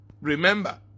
remember